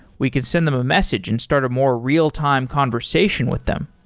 we could send them a message and start a more real-time conversation with them.